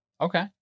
Okay